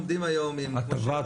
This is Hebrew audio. הטבה,